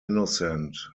innocent